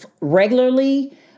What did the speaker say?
regularly